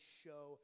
show